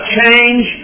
change